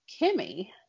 Kimmy